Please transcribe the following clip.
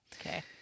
Okay